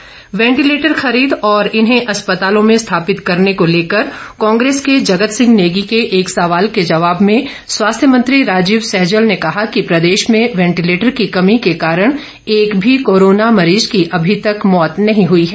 प्रश्नकाल दो वेंटिलेटर खरीद और इन्हें अस्पतालों में स्थापित करने को लेकर कांग्रेस के जगत सिंह नेगी के एक सवाल के जवाब में स्वास्थ्य मंत्री राजीव सैजल ने कहा कि प्रदेश में वेंटिलेटर की कमी के कारण एक भी कोरोना मरीज की अभी तक मौत नहीं हुई है